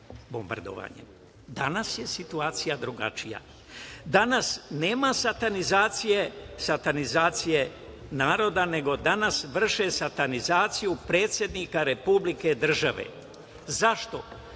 je situacija drugačija. Danas nema satanizacije, satanizacije naroda, nego danas vrše satanizaciju predsednika Republike države. Zašto?